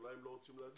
אולי הם לא רוצים להגיש.